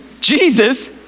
Jesus